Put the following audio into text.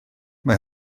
mae